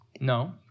No